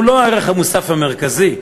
הוא לא הערך המוסף המרכזי.